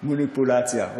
מוניפולציה.